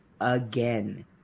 again